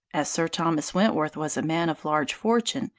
as sir thomas wentworth was a man of large fortune,